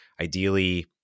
Ideally